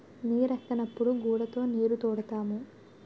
నీరెక్కనప్పుడు గూడతో నీరుతోడుతాము